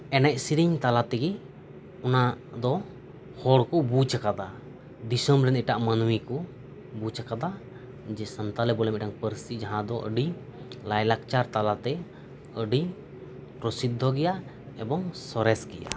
ᱮᱱᱮᱡ ᱥᱮᱨᱮᱧ ᱛᱟᱞᱟ ᱛᱮᱜᱮ ᱚᱱᱟ ᱫᱚ ᱦᱚᱲ ᱠᱚ ᱵᱩᱡᱽ ᱠᱟᱫᱟ ᱫᱤᱥᱚᱢ ᱨᱮᱱ ᱮᱴᱟᱜ ᱢᱟᱱᱢᱤ ᱠᱚ ᱵᱩᱡᱽ ᱟᱠᱟᱫᱟ ᱡᱮ ᱥᱟᱱᱛᱟᱞᱤ ᱵᱚᱞᱮ ᱢᱤᱫᱴᱟᱝ ᱯᱟᱹᱨᱥᱤ ᱡᱟᱸᱦᱟ ᱫᱚ ᱟᱹᱰᱤ ᱞᱟᱭ ᱞᱟᱠᱪᱟᱨ ᱛᱟᱞᱟᱛᱮ ᱟᱹᱰᱤ ᱯᱨᱚᱥᱤᱫᱽᱫᱷᱚ ᱜᱮᱭᱟ ᱮᱵᱚᱝ ᱥᱚᱨᱮᱥ ᱜᱮᱭᱟ